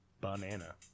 banana